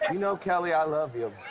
and know, kelly, i love you.